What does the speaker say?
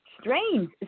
strange